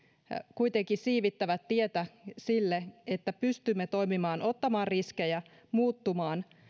kuitenkin siivittävät tietä sille että pystymme toimimaan ottamaan riskejä muuttumaan